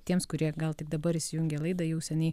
tiems kurie gal tik dabar įsijungė laidą jau seniai